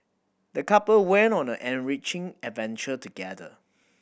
the couple went on an enriching adventure together